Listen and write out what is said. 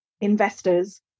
investors